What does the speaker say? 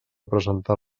presentar